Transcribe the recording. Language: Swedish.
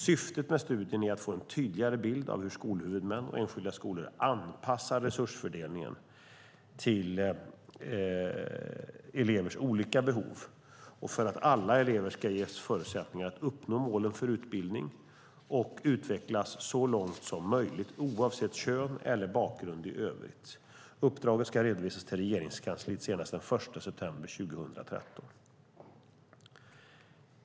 Syftet med studien är att få en tydligare bild av hur skolhuvudmän och enskilda skolor anpassar resursfördelningen till elevernas olika behov för att alla elever ska ges förutsättningar att uppnå målen för utbildningen och utvecklas så långt som möjligt, oavsett kön eller bakgrund i övrigt. Uppdraget ska redovisas till Regeringskansliet senast den 1 september 2013.